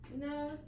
No